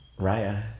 Raya